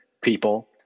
people